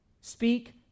Speak